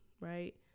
right